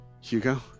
Hugo